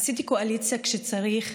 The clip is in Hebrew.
עשיתי קואליציה כשצריך,